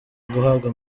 guhabwa